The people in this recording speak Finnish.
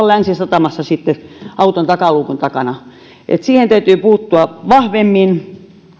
länsisatamassa sitten auton takaluukun takana siihen täytyy puuttua vahvemmin